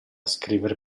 scrivere